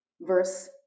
verse